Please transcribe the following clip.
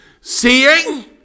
Seeing